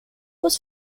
was